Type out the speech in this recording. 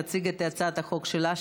שתציג את הצעת החוק שלה,